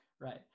Right